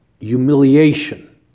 humiliation